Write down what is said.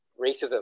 racism